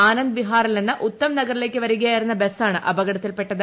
ആനന്ദ് വിഹാറിൽ നിന്ന് ഉത്തംനഗറിലേക്ക് വരികയായിരുന്ന അപകടത്തിൽപെട്ടത്